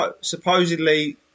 supposedly